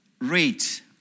rate